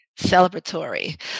Celebratory